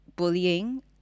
bullying